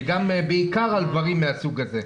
זה גם בעיקר דברים מהסוג הזה.